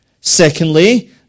Secondly